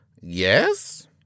yes